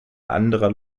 anderer